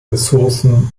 ressourcen